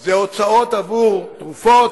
זה הוצאות עבור תרופות,